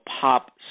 pop